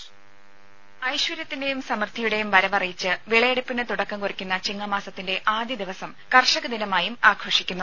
voice രുമ ഐശ്വര്യത്തിന്റെയും സമൃദ്ധിയുടെയും വരവറിയിച്ച് വിളയെടുപ്പിനു തുടക്കം കുറിക്കുന്ന ചിങ്ങമാസത്തിന്റെ ആദ്യ ദിവസം കർഷക ദിനമായും ആഘോഷിക്കുന്നു